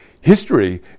history